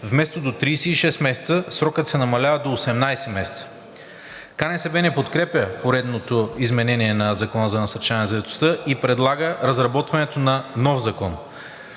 вместо до 36 месеца, срокът се намалява до 18 месеца. КНСБ не подкрепя поредното изменение на Закона за насърчаване на заетостта и предлага разработването на нов закон.